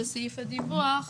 שבסעיף הדיווח,